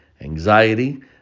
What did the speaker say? anxiety